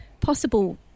possible